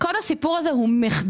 כל הסיפור הזה הוא מחדל.